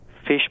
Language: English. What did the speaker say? fish